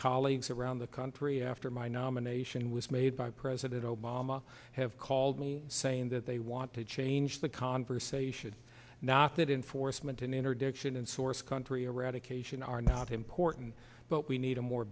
colleagues around the country after my nomination was made by president obama have called me saying that they want to change the conversation not that inforce menton interdiction and source country eradication are not important but we need a more